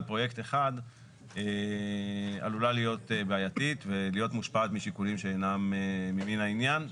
פרויקט אחד עלולה להיות בעייתית ולהיות מושפעת משיקולים שאינם מן העניין.